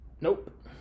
Nope